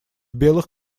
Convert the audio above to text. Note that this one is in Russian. белых